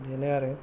बेनो आरो